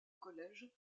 collège